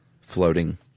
floating